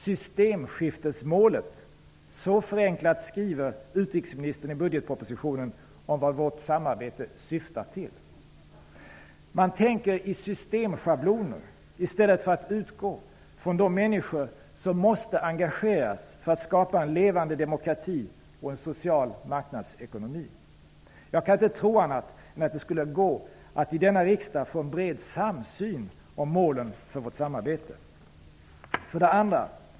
''Systemskiftesmålet'' -- så förenklat skriver utrikesministern i budgetpropositionen om vad vårt samarbete syftar till. Man tänker i systemschabloner i stället för att utgå från de människor som måste engageras för att skapa en levande demokrati och en social marknadsekonomi. Jag kan inte tro annat än att det skulle gå att i denna riksdag få en bred samsyn om målen för vårt samarbete. 2.